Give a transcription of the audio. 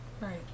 Right